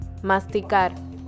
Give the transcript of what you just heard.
masticar